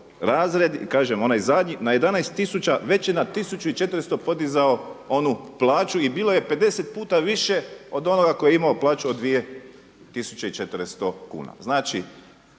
razred i kažem onaj zadnji na 11000 već je na 1400 podizao onu plaću i bilo je 50 puta više od onoga koji je imao plaću od 2400 kuna. Znači,